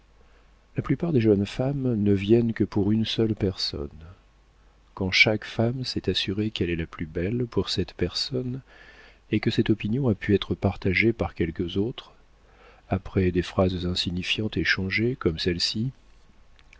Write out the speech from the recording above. la plupart des jeunes femmes ne viennent que pour une seule personne quand chaque femme s'est assurée qu'elle est la plus belle pour cette personne et que cette opinion a pu être partagée par quelques autres après des phrases insignifiantes échangées comme celles-ci